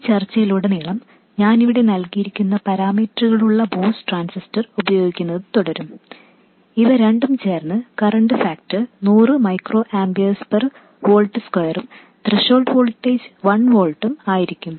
ഈ ചർച്ചയിലുടനീളം ഞാൻ ഇവിടെ നൽകിയിരിക്കുന്ന പാരാമീറ്ററുകളുള്ള MOS ട്രാൻസിസ്റ്റർ ഉപയോഗിക്കുന്നത് തുടരും ഇവ രണ്ടും ചേർന്ന് current factor 100 micro amperes per volt സ്ക്വയറും ത്രെഷോൾഡ് വോൾട്ടേജ് 1 വോൾട്ടും ആയിരിക്കും